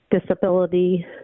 disability